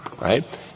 Right